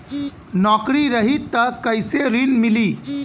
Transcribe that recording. नौकरी रही त कैसे ऋण मिली?